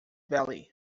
valley